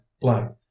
blank